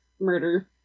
murder